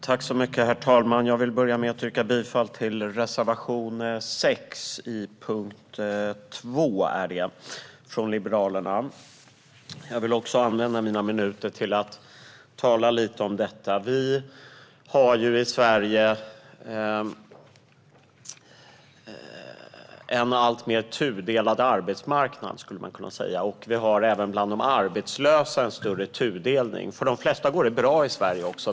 Herr talman! Jag vill börja med att yrka bifall till reservation 6 under punkt 2 från Liberalerna. Jag vill också använda mina minuter till att tala lite om denna. Vi har i Sverige en alltmer tudelad arbetsmarknad. För de flesta går det bra i Sverige.